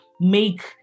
make